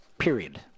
Period